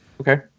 Okay